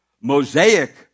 Mosaic